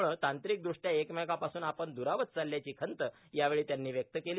मुठं तांत्रिकदृष्ट्या एकमेकांपासून आपण द्ररावत चालल्याची खंत यावेळी त्यांनी व्यक्त केली